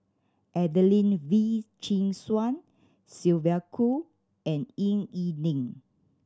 Adelene Wee Chin Suan Sylvia Kho and Ying E Ding